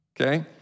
okay